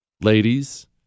Ladies